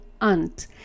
aunt